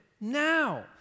now